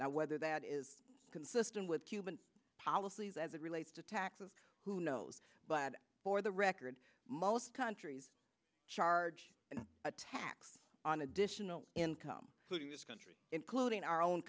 now whether that is consistent with cuban policies as it relates to taxes who knows but for the record most countries charge a tax on additional income countries including our own